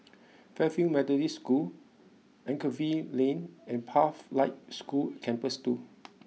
Fairfield Methodist School Anchorvale Lane and Pathlight School Campus two